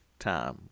time